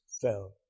fell